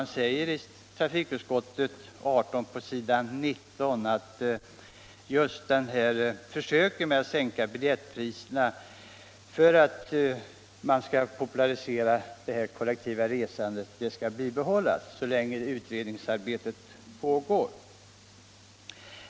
Det sägs på s. 19 i trafikutskottets betänkande nr 18 att försök med sänkning av biljettpriserna för att popularisera det kollektiva resandet bör bibehållas så länge utredningsarbetet pågår.